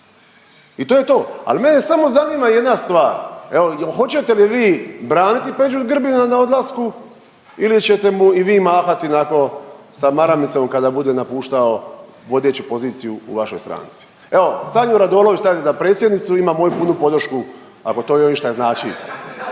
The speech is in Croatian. i to je to. Ali mene samo zanima jedna stvar, evo hoćete li vi braniti Peđu Grbina na odlasku ili ćete mu i vi mahati onako sa maramicom kada bude napuštao vodeću poziciju u vašoj stranci. Evo Sanju Radolović stavit za predsjednicu, ima moju punu podršku ako to njoj išta znači.